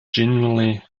genuinely